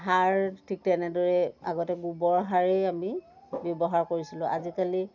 সাৰ ঠিক তেনেদৰে আগতে গোবৰ সাৰেই আমি ব্যৱহাৰ কৰিছিলোঁ আজিকালি